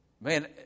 man